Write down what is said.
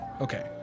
Okay